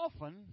often